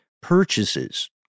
purchases